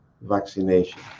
vaccination